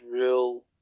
real